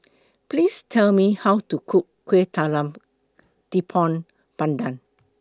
Please Tell Me How to Cook Kueh Talam Tepong Pandan